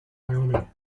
wyoming